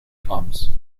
clumps